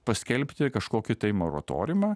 paskelbti kažkokį tai moratoriumą